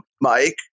Mike